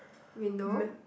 window